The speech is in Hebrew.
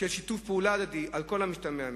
של שיתוף פעולה הדדי, על כל המשתמע מכך.